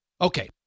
Okay